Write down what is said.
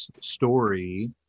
story